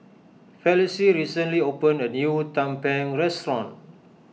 Felicie recently opened a new Tumpeng restaurant